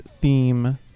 theme